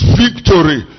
victory